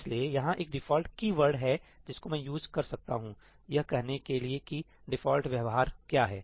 इसलिए यहां एक डिफॉल्ट कीवर्ड है जिसको मैं यूज़ कर सकता हूं यह कहने के लिए की डिफॉल्ट व्यवहार क्या है